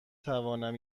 توانم